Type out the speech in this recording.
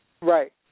Right